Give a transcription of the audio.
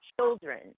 children